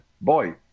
boy